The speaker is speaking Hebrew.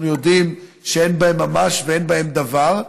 יודעים שאין בהם ממש ואין בהם דבר,